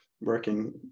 working